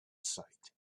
sight